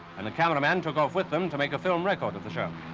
and the cameraman took off with them to make a film record of the show. a